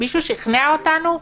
מישהו שכנע אותנו?